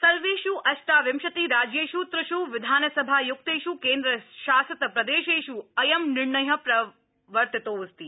सर्वेष् अष्टाविंशति राज्येष् त्रिष् विधानसभायुक्तेष् केन्द्रशासितप्रदेशेष् अयं निर्णय प्रवर्तितोऽस्ति